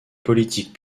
politiques